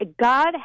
God